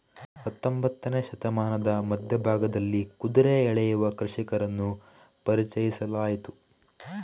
ಹತ್ತೊಂಬತ್ತನೇ ಶತಮಾನದ ಮಧ್ಯ ಭಾಗದಲ್ಲಿ ಕುದುರೆ ಎಳೆಯುವ ಕೃಷಿಕರನ್ನು ಪರಿಚಯಿಸಲಾಯಿತು